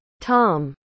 Tom